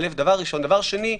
דבר שני,